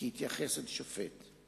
כהתייחס אל שופט,